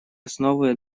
основы